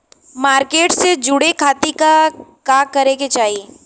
Market से जुड़े खाती का करे के चाही?